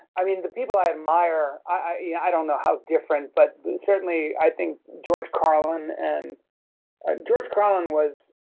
i mean the people i admire, i yeah i don't know how different, but certainly i think george carlin and ah george carlin was,